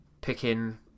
Picking